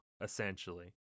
essentially